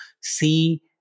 see